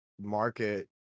market